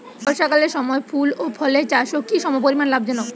বর্ষাকালের সময় ফুল ও ফলের চাষও কি সমপরিমাণ লাভজনক?